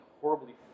horribly